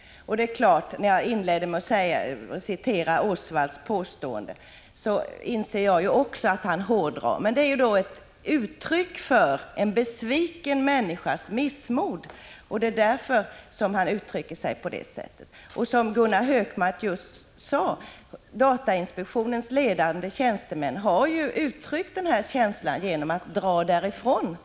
Jag inledde ett tidigare anförande med att citera Thomas Osvalds påstående, men det är klart att jag inser att han hårdrar det hela. Det är ju ett uttryck för en besviken människas missmod. Det är därför som han uttrycker sig på detta sätt. Som Gunnar Hökmark just sade har datainspektionens ledande tjänstemän uttryckt denna känsla genom att dra därifrån.